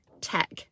tech